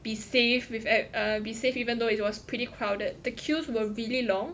be safe with at err be safe even though it was pretty crowded the queues were really long